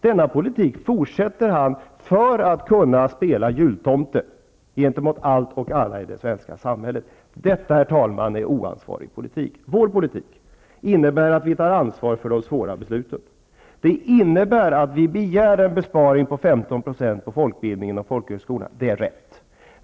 Den politiken fortsätter ni med för att kunna spela jultomte gentemot allt och alla i det svenska samhället. Detta, herr talman, är oansvarig politik. Vår politik innebär att vi tar ansvar för de svåra besluten. Vi begär en besparing på 15 % Det är riktigt.